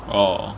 orh